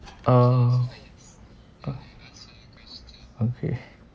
uh uh okay